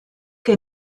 que